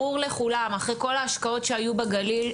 ברור לכולם אחרי כל ההשקעות שהיו בגליל,